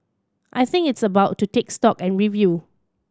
I think it's about to take stock and review